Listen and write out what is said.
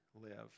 live